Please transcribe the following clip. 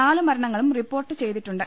നാലു മരണങ്ങളും റിപ്പോർട്ട് ചെയ്തിട്ടുണ്ട്